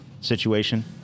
situation